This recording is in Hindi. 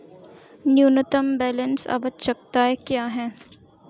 न्यूनतम बैलेंस आवश्यकताएं क्या हैं?